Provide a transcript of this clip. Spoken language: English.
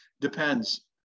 depends